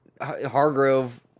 Hargrove